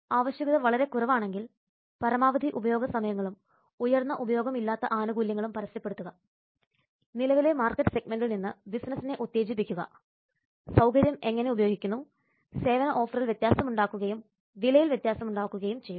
ആവശ്യകത വളരെ കുറവാണെങ്കിൽ പരമാവധി ഉപയോഗ സമയങ്ങളും ഉയർന്ന ഉപയോഗമില്ലാത്ത ആനുകൂല്യങ്ങളും പരസ്യപ്പെടുത്തുക നിലവിലെ മാർക്കറ്റ് സെഗ്മെന്റിൽ നിന്ന് ബിസിനസിനെ ഉത്തേജിപ്പിക്കുക സൌകര്യം എങ്ങനെ ഉപയോഗിക്കുന്നു സേവന ഓഫറിൽ വ്യത്യാസമുണ്ടാകുകയും വിലയിൽ വ്യത്യാസമുണ്ടാകുകയും ചെയ്യുക